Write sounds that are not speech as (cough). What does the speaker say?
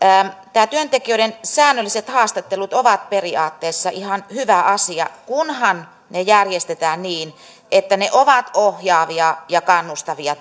nämä työntekijöiden säännölliset haastattelut ovat periaatteessa ihan hyvä asia kunhan ne järjestetään niin että ne ovat ohjaavia ja kannustavia (unintelligible)